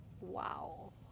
Wow